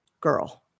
girl